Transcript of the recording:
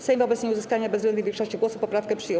Sejm wobec nieuzyskania bezwzględnej większości głosów poprawkę przyjął.